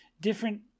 different